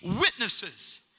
witnesses